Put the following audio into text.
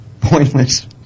pointless